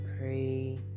pray